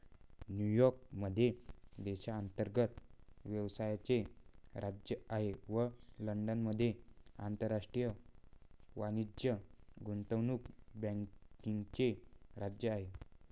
New York मध्ये देशांतर्गत व्यवसायाचे राज्य आहे व लंडनमध्ये आंतरराष्ट्रीय वाणिज्य गुंतवणूक बँकिंगचे राज्य आहे